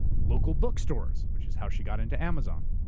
local bookstores, which is how she got into amazon.